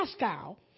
Moscow